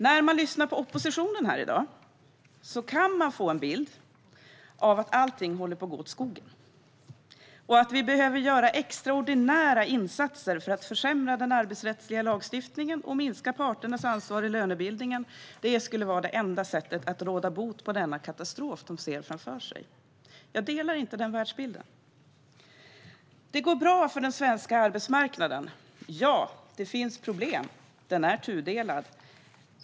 När man i dag lyssnar på oppositionen kan man få en bild av att allting håller på att gå åt skogen. Det enda sättet att råda bot på den katastrof oppositionen ser framför sig tycks vara extraordinära insatser för att försämra den arbetsrättsliga lagstiftningen och minska parternas ansvar i lönebildningen. Jag delar inte denna världsbild. Det går bra för den svenska arbetsmarknaden. Visst finns det problem, och arbetsmarknaden är tudelad.